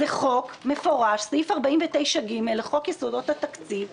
זה חוק מפורש סעיף 49ג לחוק יסודות התקציב.